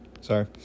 sorry